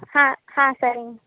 ஆ ஆ சரிங்க